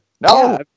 No